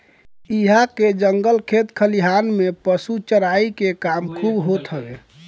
इहां पे जंगल खेत खलिहान में पशु चराई के काम खूब होत हवे